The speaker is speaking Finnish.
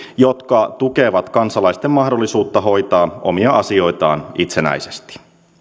jotka tukevat kansalaisten mahdollisuutta hoitaa omia asioitaan itsenäisesti